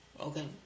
Okay